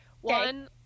One